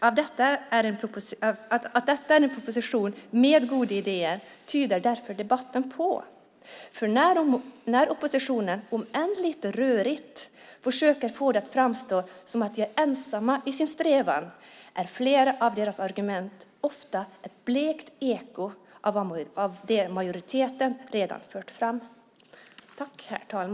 Att detta är en proposition med goda idéer tyder därför debatten på, för när oppositionen, om än lite rörigt, försöker få det att framstå som att de är ensamma i sin strävan är flera av deras argument oftast ett blekt eko av det majoriteten redan fört fram.